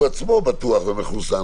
הוא עצמו בטוח ומחוסן,